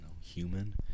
Human